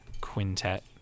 quintet